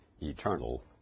eternal